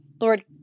Lord